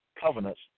covenants